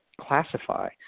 classify